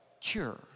cure